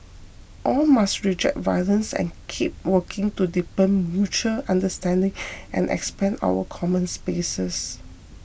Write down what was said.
all must reject violence and keep working to deepen mutual understanding and expand our common spaces